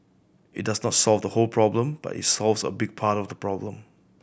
it does not solve the whole problem but it solves a big part of the problem